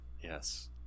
Yes